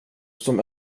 som